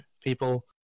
people